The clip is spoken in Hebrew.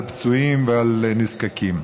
על פצועים ועל נזקקים.